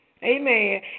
Amen